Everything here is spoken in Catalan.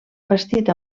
bastit